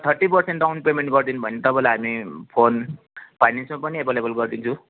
thirty percent down payment गरिदिनु भयो भने तपाईँलाई हामी फोन फाइनेन्समा पनि एभाइलेबल गरिदिन्छु